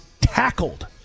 tackled